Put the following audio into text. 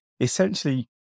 essentially